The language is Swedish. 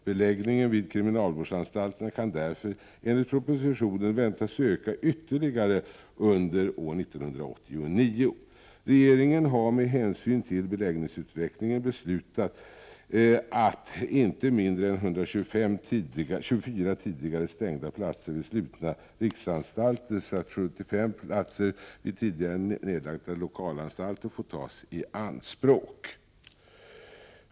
Beläggningen vid kriminalvårdsanstalterna kan därför enligt propositionen väntas öka ytterligare under år 1989. Regeringen har med hänsyn till beläggningsutvecklingen beslutat att inte mindre än 124 tidigare stängda platser vid slutna riksanstalter samt 75 platser vid de tidigare nedlagda lokalanstalterna får tas i anspråk.